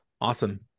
Awesome